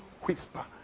whisper